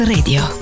Radio